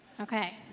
Okay